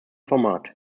format